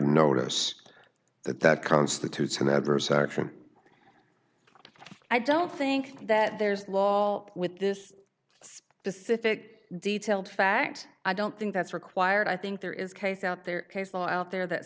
notice that that constitutes an adverse action i don't think that there's a law with this pacific detailed fact i don't think that's required i think there is case out there case law out there that